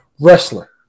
Wrestler